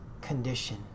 condition